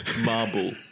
Marble